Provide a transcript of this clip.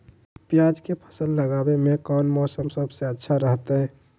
प्याज के फसल लगावे में कौन मौसम सबसे अच्छा रहतय?